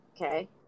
Okay